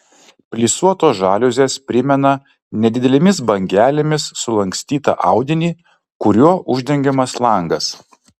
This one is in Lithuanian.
plisuotos žaliuzės primena nedidelėmis bangelėmis sulankstytą audinį kuriuo uždengiamas langas